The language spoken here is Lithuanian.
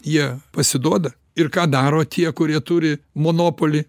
jie pasiduoda ir ką daro tie kurie turi monopolį